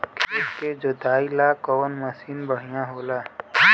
खेत के जोतईला कवन मसीन बढ़ियां होला?